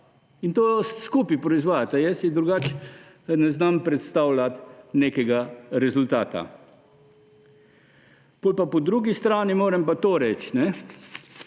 in skupaj proizvajata. Jaz si drugače ne znam predstavljati nekega rezultata. Po drugi strani moram pa to reči,